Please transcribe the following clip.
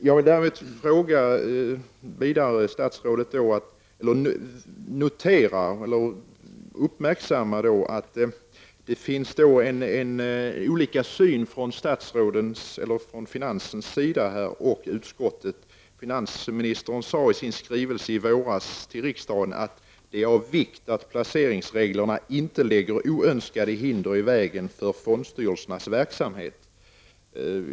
Jag vill därför göra statsrådet uppmärksam på att det är olika syn från finansens och utskottets sida. Finansministern sade i sin skrivelse till riksdagen i våras: ''Det är av vikt att placeringsreglerna inte lägger oönskade hinder i vägen för fondstyrelsens verksamhet.''